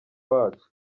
wacu